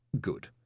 good